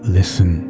Listen